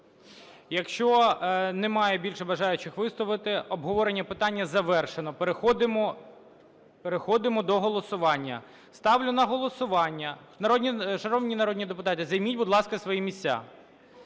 Якщо немає більше бажаючих виступити, обговорення питання завершено. Переходимо, переходимо до голосування. Ставлю на голосування… Шановні народні депутати, займіть, будь ласка свої місця.